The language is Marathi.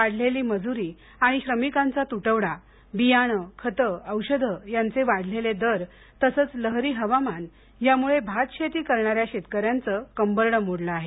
वाढलेली मजूरी आणि श्रमिकांचा तुटवडा बियाणे खते औषध यांचे वाढलेले दर लहरी हवामान यामुळे भातशेती करणाऱ्या शेतकऱ्याचं कंबरडं मोडलं आहे